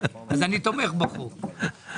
אני תומך בחוק.